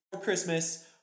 Christmas